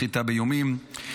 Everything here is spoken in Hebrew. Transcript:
סחיטה באיומים,